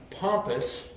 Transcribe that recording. pompous